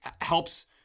helps